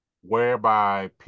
whereby